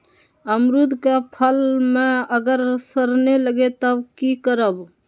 अमरुद क फल म अगर सरने लगे तब की करब?